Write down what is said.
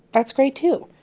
that's great too.